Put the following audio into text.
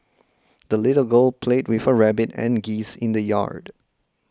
the little girl played with her rabbit and geese in the yard